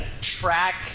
track